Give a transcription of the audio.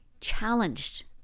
challenged